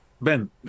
Ben